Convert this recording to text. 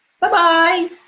Bye-bye